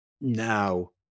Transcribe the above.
now